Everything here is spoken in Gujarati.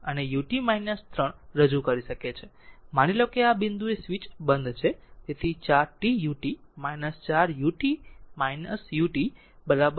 માનો કે આ બિંદુએ તે સ્વીચ બંધ છે તેથી 4 t ut 4 t ut 3 બરાબર